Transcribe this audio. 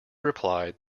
replied